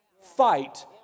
fight